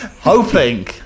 hoping